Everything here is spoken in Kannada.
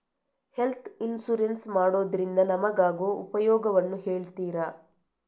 ಹೆಲ್ತ್ ಇನ್ಸೂರೆನ್ಸ್ ಮಾಡೋದ್ರಿಂದ ನಮಗಾಗುವ ಉಪಯೋಗವನ್ನು ಹೇಳ್ತೀರಾ?